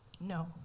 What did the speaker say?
no